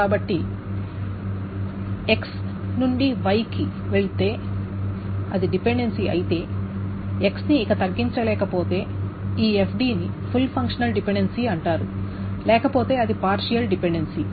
కాబట్టి X Y కి వెళితే ఇది డిపెండెన్సీ అయితే X ని ఇక తగ్గించలేకపోతే ఈ FD ని ఫుల్ ఫంక్షనల్ డిపెండెన్సీ అంటారు లేకపోతే అది పార్షియల్ డిపెండెన్సీ